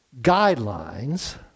guidelines